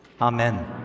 Amen